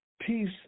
peace